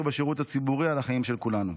בשירות הציבורי על החיים של כולנו.